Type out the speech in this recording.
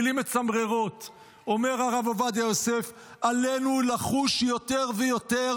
מילים מצמררות אומר הרב עובדיה יוסף "עלינו לחוש יותר ויותר